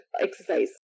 exercise